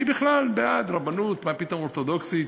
היא בכלל בעד רבנות, מה פתאום אורתודוקסית?